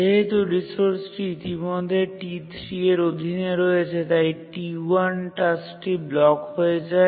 যেহেতু রিসোর্সটি ইতিমধ্যে T3 এর অধীনে রয়েছে তাই T1 টাস্কটি ব্লক হয়ে যায়